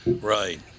Right